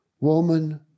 Woman